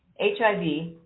HIV